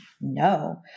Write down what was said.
no